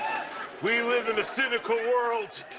we live in a cynical world,